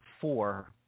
four